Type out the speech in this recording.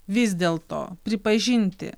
vis dėlto pripažinti